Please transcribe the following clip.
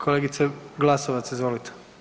Kolegice Glasovac, izvolite.